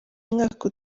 mwaka